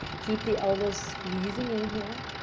keep the elbows squeezing in here.